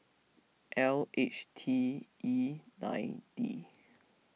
L H T E nine D